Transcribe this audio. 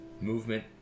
movement